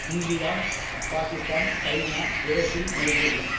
India Pakistan China Brazil Nigeria